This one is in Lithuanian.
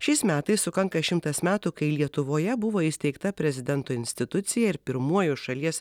šiais metais sukanka šimtas metų kai lietuvoje buvo įsteigta prezidento institucija ir pirmuoju šalies